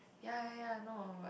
ya ya ya no but